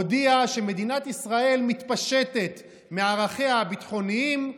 הודיע שמדינת ישראל מתפשטת מערכיה הביטחוניים,